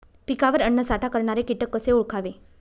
पिकावर अन्नसाठा करणारे किटक कसे ओळखावे?